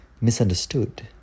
misunderstood